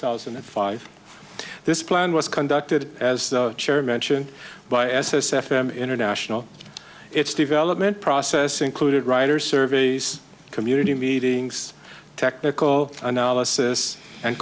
thousand and five this plan was conducted as chair mention by s s f m international its development process included riders surveys community meetings technical analysis and